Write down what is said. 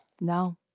No